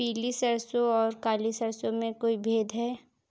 पीली सरसों और काली सरसों में कोई भेद है?